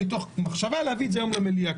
מתוך מחשבה להביא את זה היום למליאה,